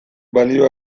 balio